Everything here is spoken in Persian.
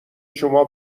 شما